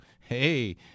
hey